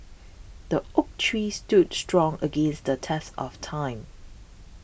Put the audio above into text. the oak tree stood strong against the test of time